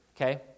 okay